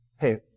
Hey